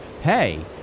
hey